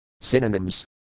Synonyms